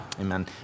Amen